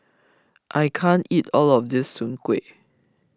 I can't eat all of this Soon Kueh